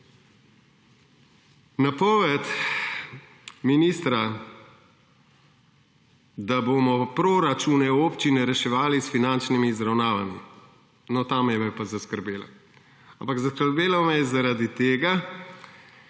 Napoved ministra, da bomo proračune občin reševali s finančnimi izravnavami – no, ta me je pa zaskrbela. Ampak zaskrbelo me je zaradi tega,